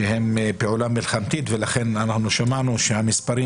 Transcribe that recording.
הן פעולה מלחמתית, ולכן שמענו שהמספרים